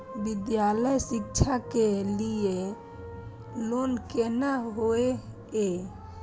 विद्यालय शिक्षा के लिय लोन केना होय ये?